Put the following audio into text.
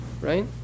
right